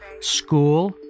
school